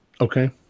Okay